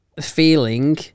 Feeling